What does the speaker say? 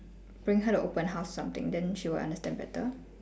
bring her to open house or something then she will understand better